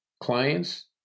clients